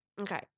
Okay